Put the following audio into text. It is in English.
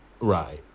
Right